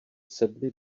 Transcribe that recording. sedmi